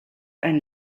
ein